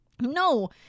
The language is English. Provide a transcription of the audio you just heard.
No